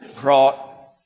brought